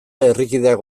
herrikideak